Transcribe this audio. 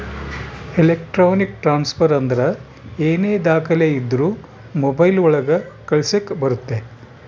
electronic transfer ಅಂದ್ರ ಏನೇ ದಾಖಲೆ ಇದ್ರೂ ಮೊಬೈಲ್ ಒಳಗ ಕಳಿಸಕ್ ಬರುತ್ತೆ